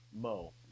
Mo